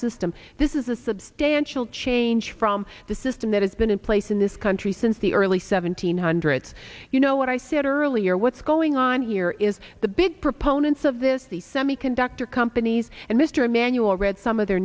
system this is a substantial change from the system that has been in place in this country since the early seventeen hundreds you know what i said earlier what's going on here is the big proponents of this the semiconductor companies and mr emanuel read some of their